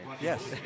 Yes